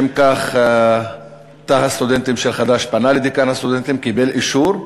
לשם כך תא הסטודנטים של חד"ש פנה לדיקן הסטודנטים וקיבל אישור.